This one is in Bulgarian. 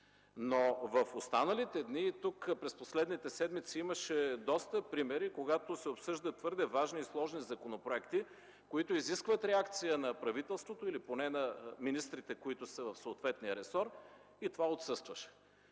В останалите дни, през последните седмици тук имаше доста примери, когато се обсъждат твърде важни и сложни законопроекти, които изискват реакция на правителството или поне на министрите, които са в съответния ресор и то отсъстваше.